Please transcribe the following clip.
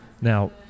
now